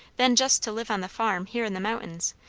than just to live on the farm here in the mountains,